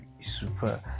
super